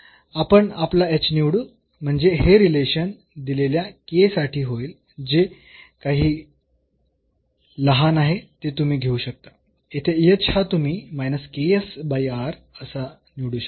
तर आपण आपला h निवडू म्हणजे हे रिलेशन दिलेल्या k साठी होईल जे काही लहान आहे ते तुम्ही घेऊ शकता येथे h हा तुम्ही असा निवडू शकता